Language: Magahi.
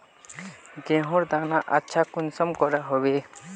गेहूँर दाना अच्छा कुंसम के उगबे?